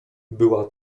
była